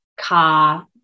car